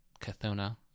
Kathona